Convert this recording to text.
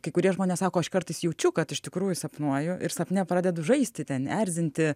kai kurie žmonės sako aš kartais jaučiu kad iš tikrųjų sapnuoju ir sapne pradedu žaisti ten erzinti